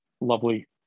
lovely